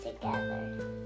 together